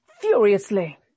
furiously